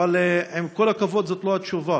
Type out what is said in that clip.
אבל עם כל הכבוד, זאת לא התשובה.